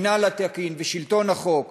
המינהל התקין ושלטון החוק,